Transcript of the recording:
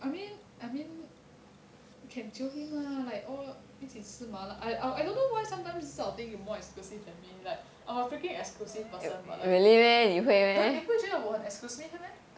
I mean I mean can jio him lah like all 一起吃 mala I I don't know why sometimes this type of thing you more exclusive than me like I'm a freaking exclusive person but like 你不觉得我 bu jue de wo exclusive meh